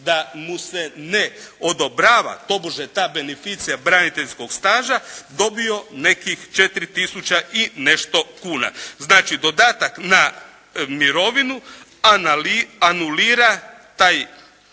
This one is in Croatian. da mu se ne odobrava tobože ta beneficija braniteljskog staža, dobio nekih 4 tisuće i nešto kuna. Znači dodatak na mirovinu anulira taj